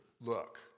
look